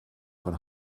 von